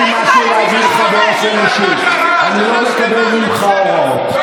יש לי משהו להגיד לך באופן אישי: אני לא מקבל ממך הוראות.